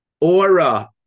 aura